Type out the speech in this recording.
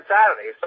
Saturday